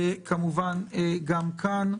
וכמובן גם כאן.